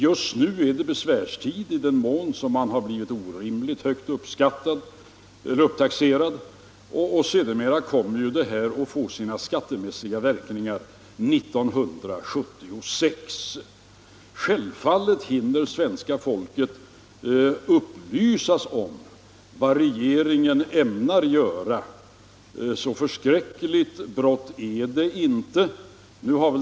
Just nu är det besvärstid som bör utnyttjas i den mån man har blivit orimligt högt upptaxerad, och sedan kommer de skattemässiga verk ningarna 1976. Självfallet hinner svenska folket upplysas om vad regeringen ämnar göra. Så förskräckligt bråttom är det inte.